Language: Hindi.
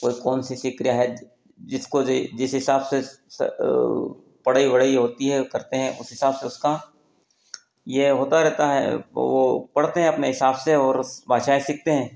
कोई कौन सी सीख रहा है जिसको जेइ जिस हिसाब से पढ़ाई वढाइ होती है करते हैं उस हिसाब से उसका यह होता रहता है वह पढ़ते हें अपने हिसाब से और भाषाएँ सीखते हैं